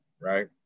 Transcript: right